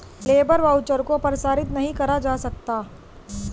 labour voucher को प्रसारित नहीं करा जा सकता